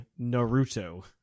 Naruto